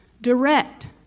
direct